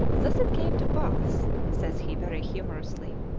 thus it came to pass, says he very humourously,